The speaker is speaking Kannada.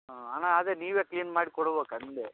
ಹಾಂ ಅಣ್ಣ ಅದೇ ನೀವೇ ಕ್ಲೀನ್ ಮಾಡಿ ಕೊಡ್ಬೇಕು ಅಂದೆ